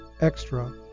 extra